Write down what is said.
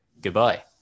Goodbye